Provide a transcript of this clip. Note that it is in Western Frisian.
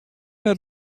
net